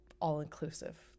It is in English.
all-inclusive